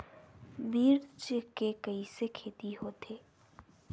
मिर्च के कइसे खेती होथे?